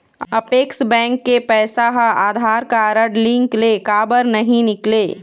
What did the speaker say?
Apex bank के पैसा हा आधार कारड लिंक ले काबर नहीं निकले?